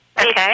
Okay